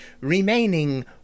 remaining